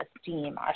esteem